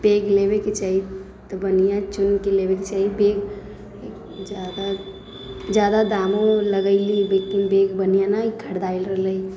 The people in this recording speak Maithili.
बैग लेबाके चाही तऽ बढ़िआँ चुनिकऽ लेबाके चाही बैग ज्यादा दामो लगैली लेकिन बैग बढ़िआँ नहि खरिदाएल रहलै